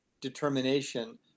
determination